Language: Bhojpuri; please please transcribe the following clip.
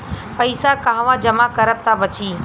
पैसा कहवा जमा करब त बची?